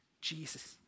Jesus